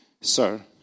Sir